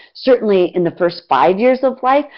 certainly in the first five years of life,